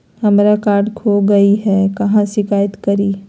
हमरा कार्ड खो गई है, कहाँ शिकायत करी?